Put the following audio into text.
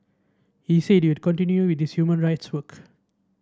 he said he would continue with his human rights work